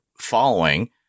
following